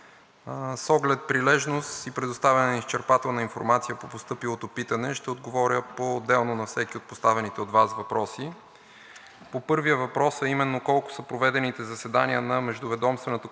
с оглед прилежност и предоставяне на изчерпателна информация по постъпилото питане, ще отговоря поотделно на всеки от поставените от Вас въпроси. По първия въпрос, а именно колко са проведените заседания на Междуведомствената